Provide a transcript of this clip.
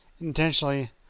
intentionally